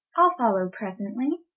ile follow presently.